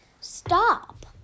Stop